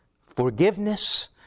forgiveness